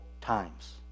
times